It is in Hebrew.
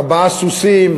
ארבעה סוסים,